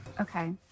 Okay